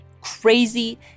crazy